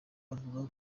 avuga